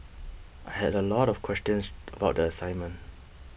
I had a lot of questions about the assignment